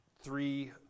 three